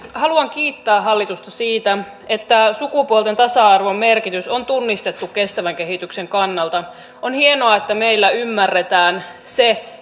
haluan kiittää hallitusta siitä että sukupuolten tasa arvon merkitys on tunnistettu kestävän kehityksen kannalta on hienoa että meillä ymmärretään se